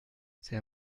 c’est